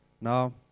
Now